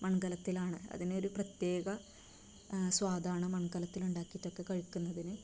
മൺകലത്തിലാണ് അതിനൊരു പ്രത്യേക സ്വാദാണ് മൺകലത്തിലുണ്ടാക്കിയിട്ടൊക്കെ കഴിക്കുന്നതിന്